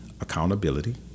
accountability